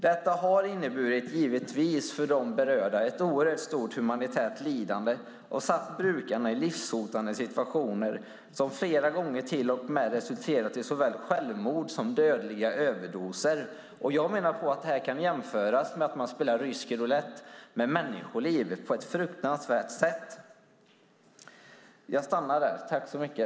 Detta har för de berörda givetvis inneburit ett oerhört stort humanitärt lidande och har satt brukarna i livshotande situationer, som flera gånger till och med har resulterat i såväl självmord som dödliga överdoser. Jag menar att det kan jämföras med att man spelar rysk roulett med människoliv på ett fruktansvärt sätt.